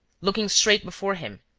looking straight before him,